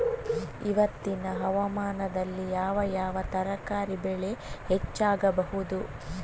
ಇವತ್ತಿನ ಹವಾಮಾನದಲ್ಲಿ ಯಾವ ಯಾವ ತರಕಾರಿ ಬೆಳೆ ಹೆಚ್ಚಾಗಬಹುದು?